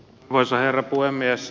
arvoisa herra puhemies